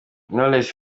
knowless